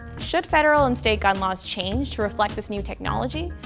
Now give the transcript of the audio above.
should federal and state gun laws change to reflect this new technology?